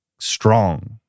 strong